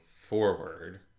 forward